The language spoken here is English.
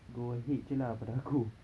go ahead jer lah pada aku